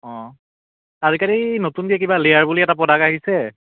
অঁ আজিকালি নতুনকৈ কিবা লেয়াৰ বুলি এটা প্ৰডাক্ট আহিছে